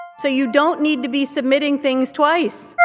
so you don't need to be submitting things twice,